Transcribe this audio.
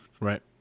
Right